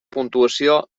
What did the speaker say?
puntuació